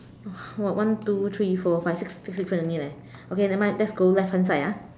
!wah! one two three four five six six difference only leh okay nevermind let's go left hand side ah